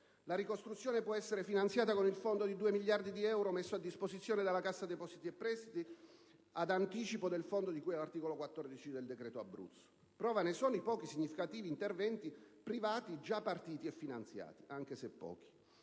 La ricostruzione può essere finanziata con il fondo di 2 miliardi di euro messo a disposizione dalla Cassa depositi e prestiti, ad anticipo del fondo, di cui all'articolo 14 del decreto Abruzzo. Prova ne sono i pochi significativi interventi privati, già partiti e finanziati, anche se pochi.